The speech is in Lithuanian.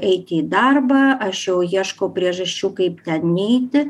eiti į darbą aš jau ieškau priežasčių kaip ten neiti